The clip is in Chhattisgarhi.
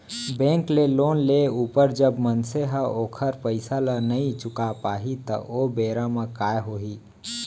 बेंक ले लोन लेय ऊपर जब मनसे ह ओखर पइसा ल नइ चुका पाही त ओ बेरा म काय होही